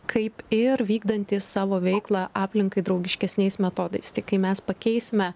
kaip ir vykdantys savo veiklą aplinkai draugiškesniais metodais tik kai mes pakeisime